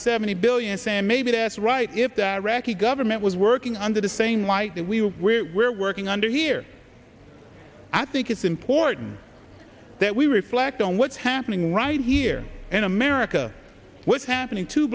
seventy billion saying maybe that's right if that iraqi government was working under the same light that we were working under here i think it's important that we reflect on what's happening right here in america what's happening two